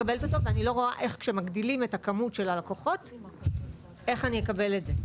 ואני לא רואה איך כשמגדילים את הכמות של הלקוחות איך אני אקבל את זה?